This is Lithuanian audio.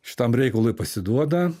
šitam reikalui pasiduoda